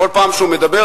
כל פעם שהוא מדבר,